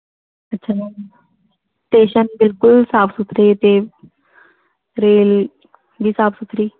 ਅੱਛਾ ma'am station ਬਿਲਕੁਲ ਸਾਫ਼ ਸੁਥਰੇ ਅਤੇ ਟਰੇਨ ਵੀ ਸਾਫ਼ ਸੁਥਰੀ